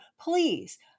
please